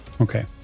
Okay